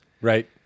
right